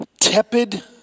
tepid